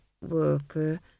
worker